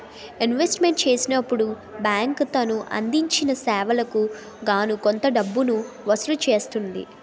investment చేసినప్పుడు bank తను అందించిన సేవలకు గాను కొంత డబ్బును వసూలు చేస్తుంది